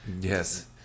Yes